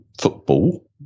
football